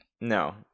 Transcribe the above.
No